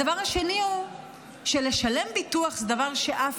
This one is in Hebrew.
הדבר השני הוא שלשלם ביטוח זה דבר שאף